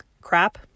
crap